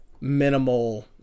minimal